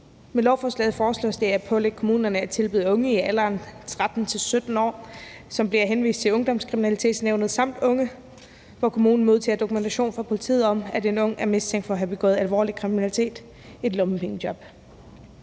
Med lovforslaget foreslås det at pålægge kommunerne at tilbyde et lommepengejob til unge i alderen 13-17 år, som bliver henvist til Ungdomskriminalitetsnævnet, samt til unge, som kommunen modtager dokumentation fra politiet om er mistænkt for at have begået alvorlig kriminalitet. I Liberal